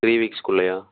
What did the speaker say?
three weeks குள்ளையா